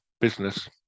business